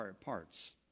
parts